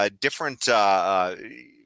different, –